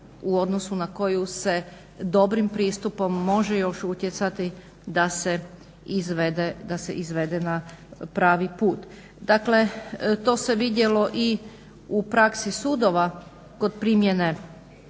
u odnosu na koju se dobrim pristupom može još utjecati da se izvede na pravi put. Dakle, to se vidjelo i u praksi sudova kod primjene